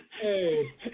Hey